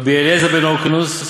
רבי אליעזר בן הרקנוס,